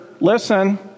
listen